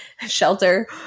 Shelter